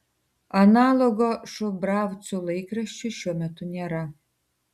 analogo šubravcų laikraščiui šiuo metu nėra